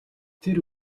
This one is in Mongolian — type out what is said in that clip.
тэр